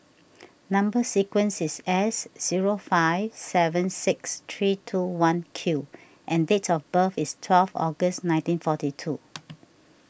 Number Sequence is S zero five seven six three two one Q and date of birth is twelve August nineteen forty two